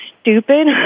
stupid